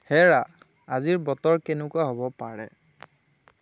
হেৰা আজিৰ বতৰ কেনেকুৱা হ'ব পাৰে